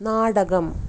നാടകം